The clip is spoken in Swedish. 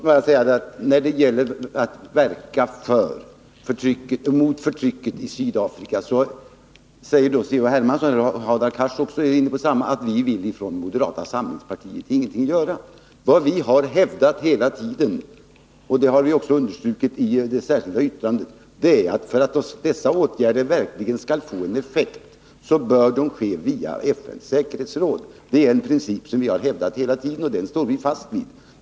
Herr talman! När det gäller att verka mot förtrycket i Sydafrika säger C.-H. Hermansson, och Hadar Cars är inne på samma linje, att vi från moderata samlingspartiet ingenting vill göra. Men vad vi har hävdat hela tiden, och understrukit i det särskilda yttrandet, är att för att dessa åtgärder verkligen skall få effekt, bör de vidtas via FN:s säkerhetsråd. Denna princip har vi hävdat hela tiden, och den står vi fast vid.